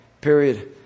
period